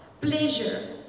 pleasure